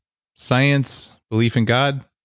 science, belief in god,